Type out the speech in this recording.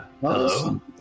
Hello